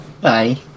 Bye